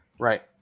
Right